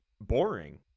boring